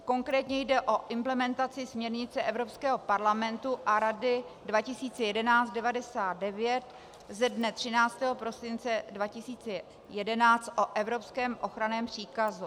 Konkrétně jde o implementaci směrnice Evropského parlamentu a Rady 2011/99 ze dne 13. prosince 2011 o evropském ochranném příkazu.